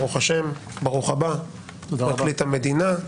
ברוך השם, ברוך הבא, פרקליט המדינה.